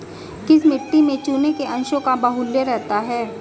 किस मिट्टी में चूने के अंशों का बाहुल्य रहता है?